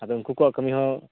ᱟᱫᱚ ᱩᱱᱠᱩ ᱠᱚᱣᱟᱜ ᱠᱟᱹᱢᱤ ᱦᱚᱸ